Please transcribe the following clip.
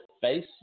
face